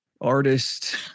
Artist